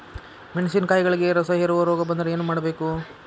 ಮೆಣಸಿನಕಾಯಿಗಳಿಗೆ ರಸಹೇರುವ ರೋಗ ಬಂದರೆ ಏನು ಮಾಡಬೇಕು?